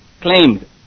claimed